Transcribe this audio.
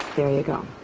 there you go.